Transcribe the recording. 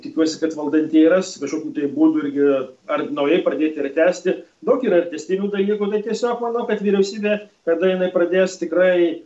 tikiuosi kad valdantieji ras kažkokių tai būdų ir ar naujai pradėti ar tęsti daug yra ir tęstinių dalykų tai tiesiog manau kad vyriausybė tada jinai pradės tikrai